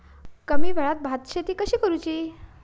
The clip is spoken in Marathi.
कमी वेळात भात शेती कशी करुची?